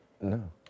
No